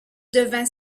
devint